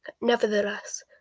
Nevertheless